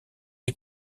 est